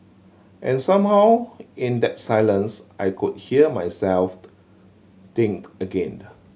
and somehow in that silence I could hear myself think again